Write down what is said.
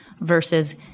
versus